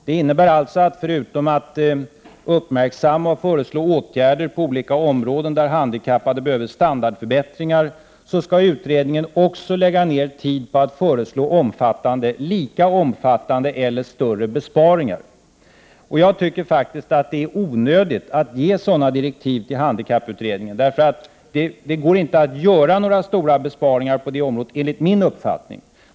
Det innebär alltså att förutom att uppmärksamma och föreslå åtgärder på olika områden, där handikappade behöver standardförbättringar, skall utredningen lägga ner tid på att föreslå lika omfattande eller större besparingar. Jag tycker faktiskt det är onödigt att ge sådana direktiv till handikapputredningen, för det går enligt min uppfattning inte att göra några stora besparingar på handikappområdet.